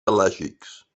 pelàgics